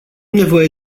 nevoie